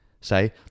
say